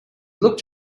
looked